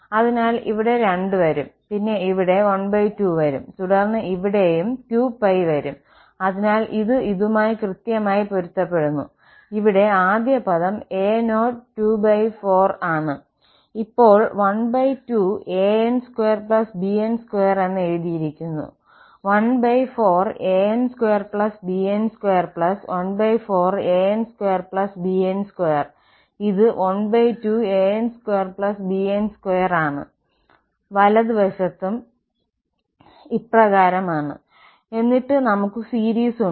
അതിനാൽ ഇവിടെ 2 വരും പിന്നെ ഇവിടെ 12 വരും തുടർന്ന് ഇവിടെയും 2π വരും അതിനാൽ ഇത് ഇതുമായി കൃത്യമായി പൊരുത്തപ്പെടുന്നു ഇവിടെ ആദ്യ പദം a024 ആണ് ഇപ്പോൾ 12 an2 bn2 എന്ന് എഴുതിയിരിക്കുന്നു14 an2 bn2 14 an2 bn2 ഇത് 12 an2 bn2 ആണ് വലതുവശത്തും f ¿¿¿ 12 π π¿ എന്നിട്ട് നമുക്ക് സീരിസുണ്ട്